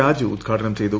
രാജു ഉൽഘാടനം ചെയ്തു